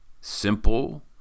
simple